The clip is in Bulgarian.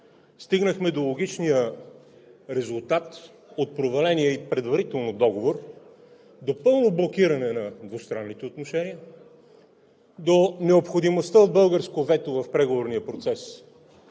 стигнахме до логичния резултат от проваления ѝ предварително договор до пълно блокиране на двустранните отношения, до необходимостта от българско вето в преговорния процес